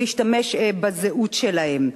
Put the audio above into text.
והשתמש בזהות שלהן.